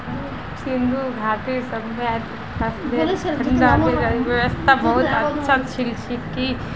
सिंधु घाटीर सभय्तात फसलेर भंडारनेर व्यवस्था बहुत अच्छा छिल की